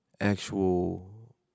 actual